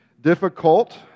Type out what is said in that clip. difficult